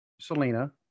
Selena